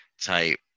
type